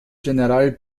general